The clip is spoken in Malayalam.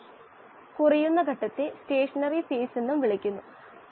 ഇത് നേരിട്ട് ചെയ്യാൻ കഴിയില്ല കാരണം ഇത് വാതകഘട്ടമാണ് ഇത് ദ്രാവകഘട്ടമാണ്